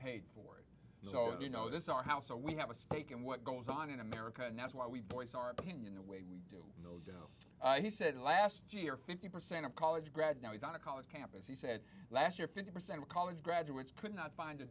paid for it so you know this is our house so we have a stake in what goes on in america and that's why we voice our opinion the well he said last year fifty percent of college grad now is on a college campus he said last year fifty percent of college graduates could not find a